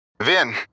Vin